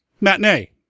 Matinee